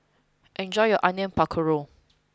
enjoy your Onion Pakora